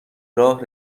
راه